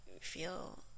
feel